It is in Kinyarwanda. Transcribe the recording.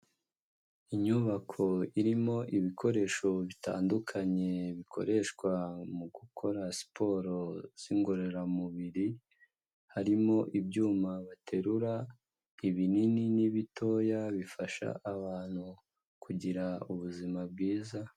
Inyubako irimo ibikoresho bitandukanye bikoreshwa mu gukora siporo z'ingororamubiri, harimo ibyuma baterura ibinini n'ibitoya bifasha abantu kugira ubuzima bwiza.